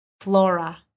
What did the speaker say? flora